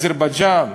אזרבייג'ן.